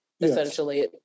essentially